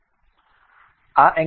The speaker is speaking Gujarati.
આ એંગલ છે